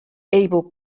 able